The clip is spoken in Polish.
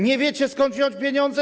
Nie wiecie, skąd wziąć pieniądze?